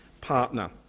partner